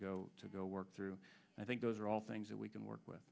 go to go work through i think those are all things that we can work with